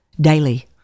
Daily